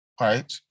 right